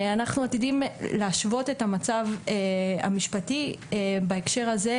אנחנו עתידים להשוות את המצב המשפטי בהקשר הזה,